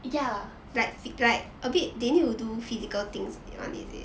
ya